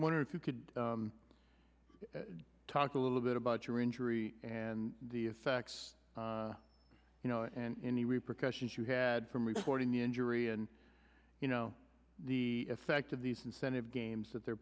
wonder if you could talk a little bit about your injury and the effects you know and any repercussions you had from reporting the injury and you know the effect of these incentive games that they